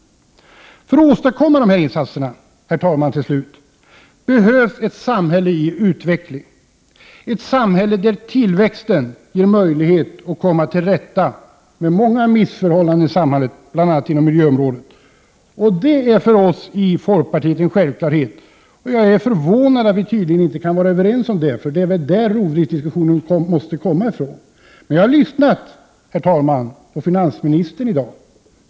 För att åstadkomma de här insatserna behövs ett samhälle i utveckling, ett samhälle där tillväxten ger möjligheter att komma till rätta med många missförhållanden, bl.a. inom miljöområdet. Det är för oss i folkpartiet en självklarhet, och jag är förvånad över att vi inte kan vara överens om detta. För det måste vara härifrån som rovdriftsdiskussionen kommer. Men, herr talman, jag har lyssnat på finansministern i dag.